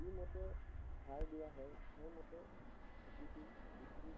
যি মতে সাৰ দিয়া হয় সেইমতে খেতিটো বৃদ্ধি হয়